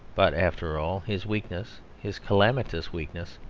but, after all, his weakness, his calamitous weakness,